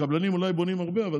הקבלנים אולי בונים הרבה, אבל